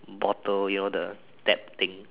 bottle you know the tap thing